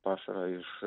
pašarą iš